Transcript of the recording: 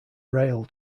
rail